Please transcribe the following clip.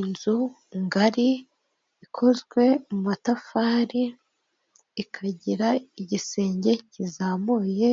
Inzu ngari ikozwe mu matafari, ikagira igisenge kizamuye,